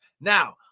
Now